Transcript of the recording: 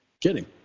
kidding